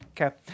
Okay